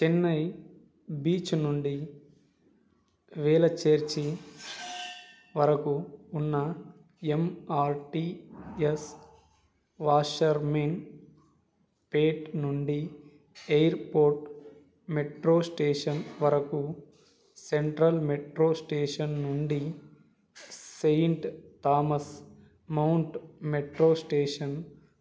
Chennai beach నుండి Velachery వరకు ఉన్న M R T S Washermanpet నుండి ఎయిర్పోర్ట్ మెట్రో స్టేషన్ వరకు సెంట్రల్ మెట్రో స్టేషన్ నుండి saint Thomas Mount metro station